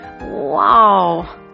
Wow